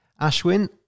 Ashwin